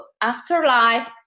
afterlife